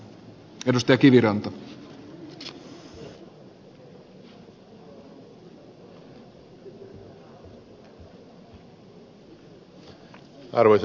arvoisa puhemies